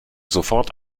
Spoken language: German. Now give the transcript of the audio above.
sofort